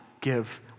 give